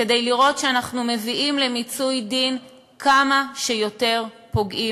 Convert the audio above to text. כדי לראות שאנחנו מביאים למיצוי דין עם כמה שיותר פוגעים.